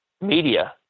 media